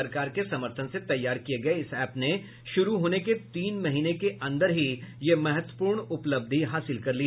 सरकार के समर्थन से तैयार किये गये इस एप ने शुरू होने के तीन महीने के अन्दर ही यह महत्वपूर्ण उपलब्धि हासिल कर ली